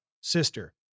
sister